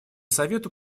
совету